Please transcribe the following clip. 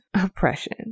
oppression